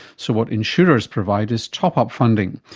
so what insurers provide is top-up funding.